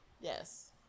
Yes